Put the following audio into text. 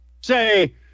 Say